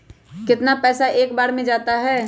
कितना पैसा एक बार में जाता है?